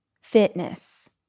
fitness